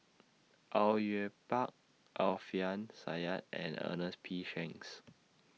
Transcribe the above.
Au Yue Pak Alfian Sa'at and Ernest P Shanks